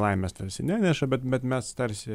laimės tarsi neneša bet bet mes tarsi